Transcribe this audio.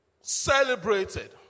celebrated